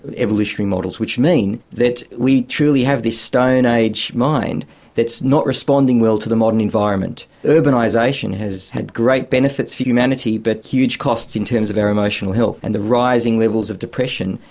evolutionary models, which mean that we truly have this stone age mind that's not responding well to the modern environment. urbanisation has had great benefits for humanity, but huge costs in terms of our emotional health and the rising levels of depression,